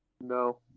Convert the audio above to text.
No